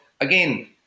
Again